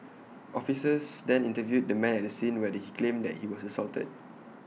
officers then interviewed the man at the scene where he claimed that he was assaulted